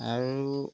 আৰু